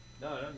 No